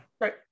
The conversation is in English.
Right